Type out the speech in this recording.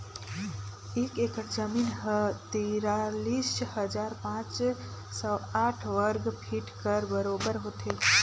एक एकड़ जमीन ह तिरालीस हजार पाँच सव साठ वर्ग फीट कर बरोबर होथे